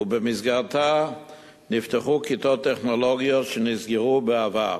ובמסגרתה נפתחו כיתות טכנולוגיות שנסגרו בעבר,